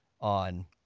on